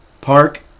park